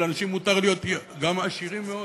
ולאנשים מותר גם להיות עשירים מאוד,